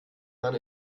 man